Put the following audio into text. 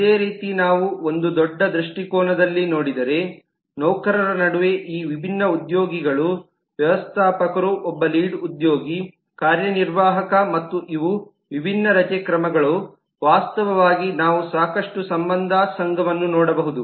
ಅದೇ ರೀತಿ ನಾವು ಒಂದು ದೊಡ್ಡ ದೃಷ್ಟಿಕೋನದಲ್ಲಿ ನೋಡಿದರೆ ನೌಕರರ ನಡುವೆ ಈ ವಿಭಿನ್ನ ಉದ್ಯೋಗಿಗಳು ವ್ಯವಸ್ಥಾಪಕ ಒಬ್ಬ ಲೀಡ್ ಉದ್ಯೋಗಿ ಕಾರ್ಯನಿರ್ವಾಹಕ ಮತ್ತು ಇವು ವಿಭಿನ್ನ ರಜೆ ಕ್ರಮಗಳು ವಾಸ್ತವವಾಗಿ ನಾವು ಸಾಕಷ್ಟು ಸಂಬಂಧ ಸಂಘವನ್ನು ನೋಡಬಹುದು